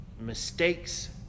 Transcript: mistakes